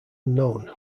unknown